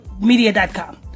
media.com